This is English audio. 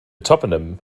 toponym